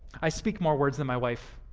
i speak more words than my wife.